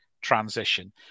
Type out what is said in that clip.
transition